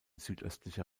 südöstlicher